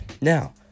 Now